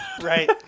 Right